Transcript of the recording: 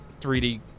3d